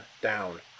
down